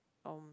um